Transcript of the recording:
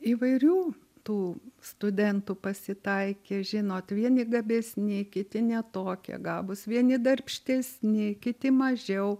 įvairių tų studentų pasitaikė žinot vieni gabesni kiti ne tokie gabūs vieni darbštesni kiti mažiau